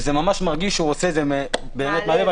וזה ממש מרגיש שהוא עושה את זה באמת מהלב.